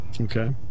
Okay